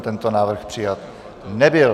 Tento návrh přijat nebyl.